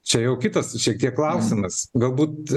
čia jau kitas šiek tiek klausimas galbūt